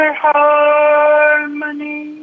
harmony